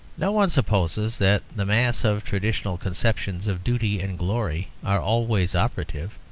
no one supposes that the mass of traditional conceptions of duty and glory are always operative,